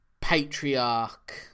patriarch